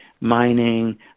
mining